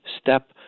step